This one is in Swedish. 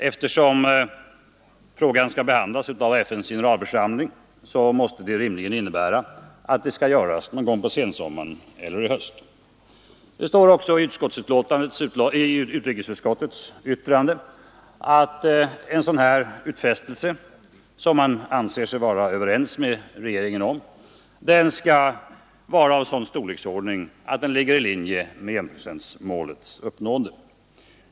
Eftersom frågan skall behandlas av FN:s generalförsamling, måste det givetvis innebära att utfästelsen görs någon gång på sensommaren eller i höst. I utrikesutskottets yttrande sägs vidare att en sådan här utfästelse skall vara av en sådan storleksordning att den ligger i linje med strävandena att uppnå enprocentsmålet.